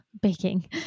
baking